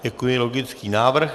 Děkuji, logický návrh.